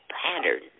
pattern